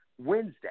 Wednesday